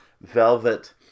velvet